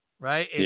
Right